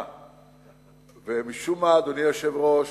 משום מה, אדוני היושב-ראש,